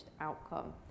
outcome